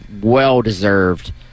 well-deserved